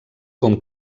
com